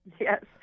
Yes